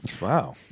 Wow